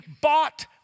bought